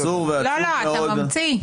אתה ממציא.